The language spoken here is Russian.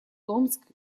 томск